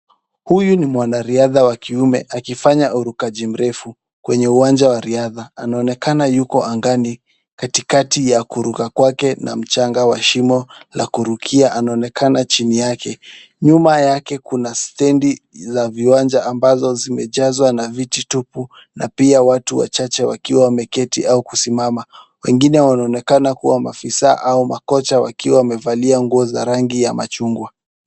Huyu ni mwanariadha wa kiume akifanya urukaji mrefu kwenye uwanja wa riadha. Anaonekana yuko angani katikati ya kuruka kwake na mchanga wa shimo la kurukia anaonekana chini yake. Nyuma yake kuna stendi za viwanja ambazo zimejazwa viti tupu, na pia watu wachache wakiwa wameketi au kusimama. Wengine wanaonekana kuwa maafisa au makocha wakiwa wamevalia nguo za rangi ya machungwa.